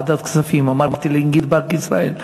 ובוועדת הכספים אמרתי לנגיד בנק ישראל,